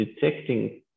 detecting